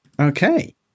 Okay